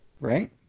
Right